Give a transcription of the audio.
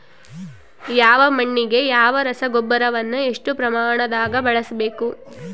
ಯಾವ ಮಣ್ಣಿಗೆ ಯಾವ ರಸಗೊಬ್ಬರವನ್ನು ಎಷ್ಟು ಪ್ರಮಾಣದಾಗ ಬಳಸ್ಬೇಕು?